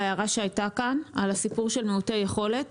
להערה שנאמרה כאן על הסיפור של מעוטי יכולת.